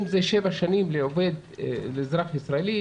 אם זה שבע שנים לעובד שהוא אזרח ישראלי